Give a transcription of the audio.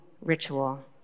ritual